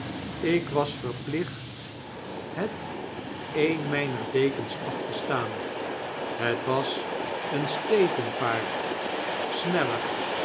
ik was verplicht het een mijner dekens af te staan het was een state n-paard sneller